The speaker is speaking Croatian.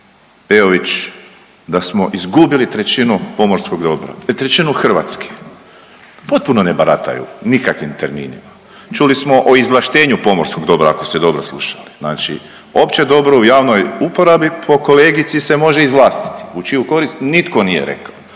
Peović da smo izgubili trećinu pomorskog dobra, trećinu Hrvatske. Potpuno ne barataju nikakvim terminima. Čuli smo o izvlaštenju pomorskog dobra ako ste dobro slušali. Znači opće dobro u javnoj uporabi po kolegici se može izvlastiti. U čiju korist? Nitko nije rekao.